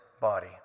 body